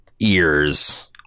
ears